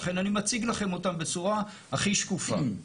לכן אני מציג לכם אותם בצורה הכי שקופה.